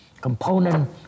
component